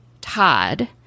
Todd